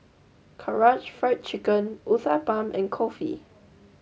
Karaage Fried Chicken Uthapam and Kulfi